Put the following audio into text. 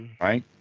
right